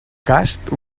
casts